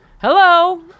Hello